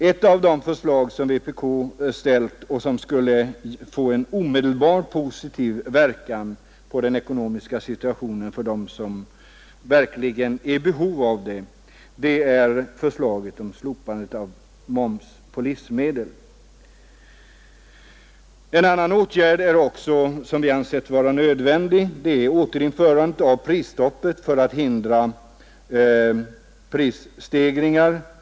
Ett annat förslag som vpk ställt och som skulle få omedelbar positiv verkan på den ekonomiska situationen för dem som verkligen är i behov av det är förslaget om slopande av momsen på livsmedel. Ytterligare en åtgärd som vi ansett vara nödvändig är att återinföra prisstoppet för att hindra prisstegringarna.